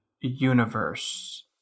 universe